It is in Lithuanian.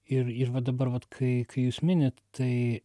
ir ir va dabar vat kai kai jūs minit tai